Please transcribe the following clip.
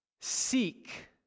Seek